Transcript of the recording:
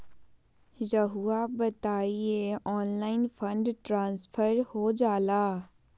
रहुआ बताइए online fund transfer हो जाला?